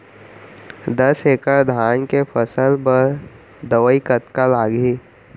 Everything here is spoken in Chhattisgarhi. दस एकड़ धान के फसल बर दवई कतका लागही?